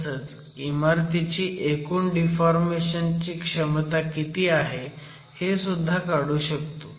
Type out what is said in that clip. तसंच इमारतीची एकूण डिफॉर्मेशन ची क्षमता किती आहे हेसुद्धा काढू शकतो